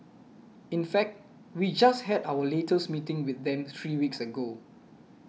in fact we just had our latest meeting with them three weeks ago